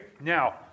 Now